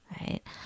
right